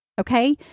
Okay